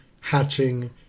hatching